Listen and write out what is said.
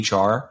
HR